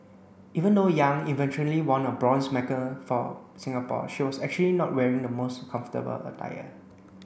even though Yang eventually won a bronze for Singapore she was actually not wearing the most comfortable attire